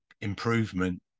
improvement